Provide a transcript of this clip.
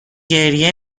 گریه